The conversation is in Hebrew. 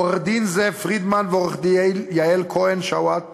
עורך-דין זאב פרידמן ועורכת-הדין יעל כהן-שאואט